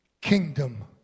kingdom